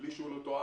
בלי שהוא מתואם.